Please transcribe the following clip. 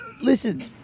Listen